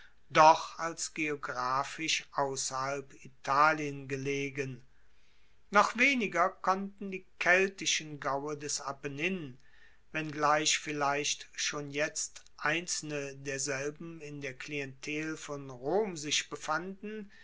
doch als geographisch ausserhalb italien gelegen noch weniger konnten die keltischen gaue des apennin wenngleich vielleicht schon jetzt einzelne derselben in der klientel von rom sich befanden